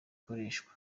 ikoreshwa